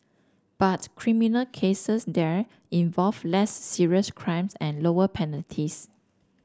but criminal cases there involve less serious crimes and lower penalties